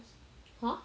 !huh!